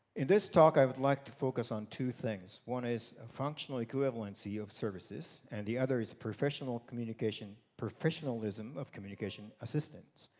in this talk i would like to focus on two things. one is functional equivalency of services. and the other is professional communication, professionalism of communication assistants.